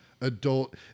adult